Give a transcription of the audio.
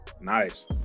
Nice